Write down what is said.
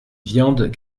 viande